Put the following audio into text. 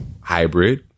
hybrid